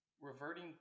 reverting